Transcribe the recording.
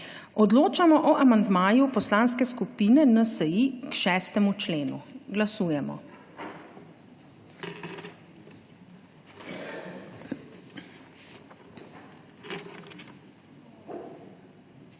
Odločamo o amandmaju Poslanske skupine NSi k 6. členu. Glasujemo.